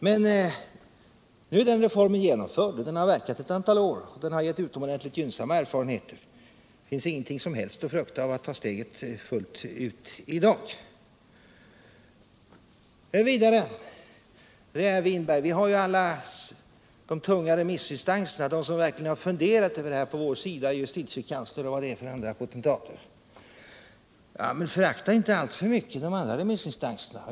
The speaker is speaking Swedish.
Men nu har den reformen varit i kraft ett antal år och gett utomordentligt gynnsamma erfarenheter. Det finns i dag inget som helst att frukta när det gäller att ta steget fullt ut. Vidare säger herr Winberg: Vi har alla de tunga remissinstanserna, de som verkligen funderat på detta, på vår sida — justitiekanslern och vad de är för andra potentater. Ja, men förakta inte alltför mycket de andra remissinstanserna.